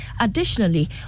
Additionally